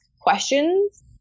questions